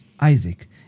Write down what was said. Isaac